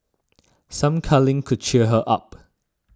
some cuddling could cheer her up